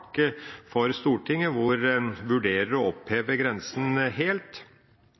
for Stortinget hvor en vurderer å oppheve grensen helt.